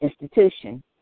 institution